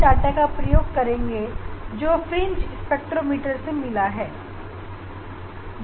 सबसे पहले हम प्रयोग के लिए प्रिज्म स्पेक्ट्रोमीटर का इस्तेमाल करेंगे